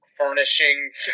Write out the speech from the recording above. furnishings